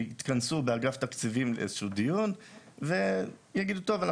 יכנסו באגף תקציבים איזשהו דיון ויגידו טוב,